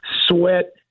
Sweat